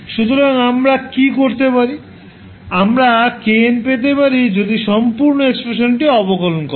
সুতরাং আমরা কী করতে পারি আমরা kn পেতে পারি যদি সম্পূর্ণ এক্সপ্রেশনটি অবকলন করা হয়